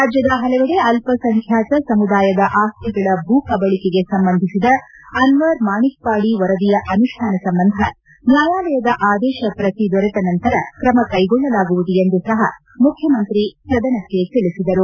ರಾಜ್ಯದ ಹಲವೆಡೆ ಅಲ್ಪ ಸಂಖ್ಯಾತ ಸಮುದಾಯದ ಆಸ್ತಿಗಳ ಭೂ ಕಬಳಿಕೆಗೆ ಸಂಬಂಧಿಸಿದ ಅನ್ವರ್ ಮಾಣಿಕ್ಪಾಡಿ ವರದಿಯ ಅನುಷ್ಠಾನ ಸಂಬಂಧ ನ್ಯಾಯಾಲಯದ ಆದೇಶ ಪ್ರತಿ ದೊರೆತ ನಂತರ ಕ್ರಮ ಕೈಗೊಳ್ಳಲಾಗುವುದು ಎಂದು ಸಹ ಮುಖ್ಯಮಂತ್ರಿ ಸದನಕ್ಕೆ ತಿಳಿಸಿದರು